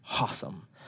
Awesome